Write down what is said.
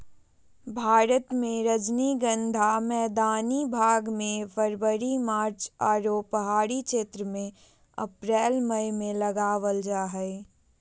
भारत मे रजनीगंधा मैदानी भाग मे फरवरी मार्च आरो पहाड़ी क्षेत्र मे अप्रैल मई मे लगावल जा हय